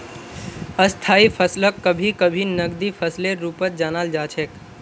स्थायी फसलक कभी कभी नकदी फसलेर रूपत जानाल जा छेक